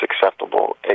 acceptable